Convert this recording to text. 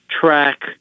track